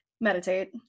Meditate